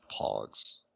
pogs